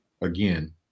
again